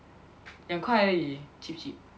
两块而已 cheap cheap